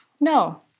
No